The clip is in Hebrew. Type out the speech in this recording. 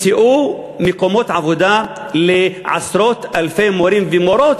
שימצאו מקומות עבודה לעשרות אלפי מורים ומורות,